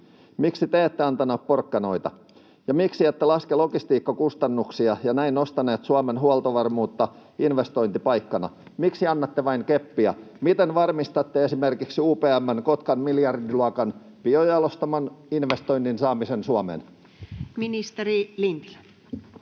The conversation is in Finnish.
Miksi te ette antaneet porkkanoita, ja miksi ette laskeneet logistiikkakustannuksia ja näin nostaneet Suomen houkuttelevuutta investointipaikkana? Miksi annatte vain keppiä? Miten varmistatte esimerkiksi UPM:n Kotkan miljardiluokan biojalostamon investoinnin saamisen Suomeen? [Speech 8]